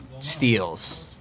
steals